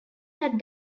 had